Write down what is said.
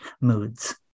moods